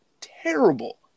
terrible